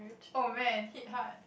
oh man hit hard